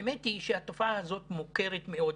האמת היא שהתופעה הזאת מוכרת מאוד,